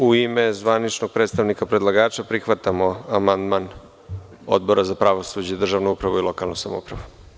U ime zvaničnog predstavnika predlagača, prihvatamo amandman Odbora za pravosuđe, državnu upravu i lokalnu samoupravu.